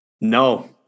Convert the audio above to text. No